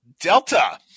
Delta